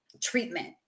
treatment